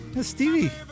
Stevie